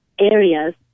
areas